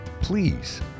Please